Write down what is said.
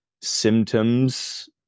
symptoms